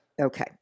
Okay